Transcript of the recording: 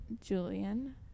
Julian